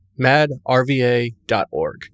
MADRVA.org